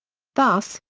thus,